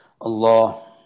Allah